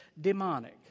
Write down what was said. demonic